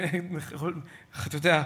אתה יודע,